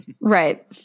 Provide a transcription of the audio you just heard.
right